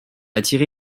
attiré